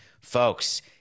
Folks